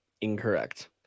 Incorrect